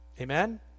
Amen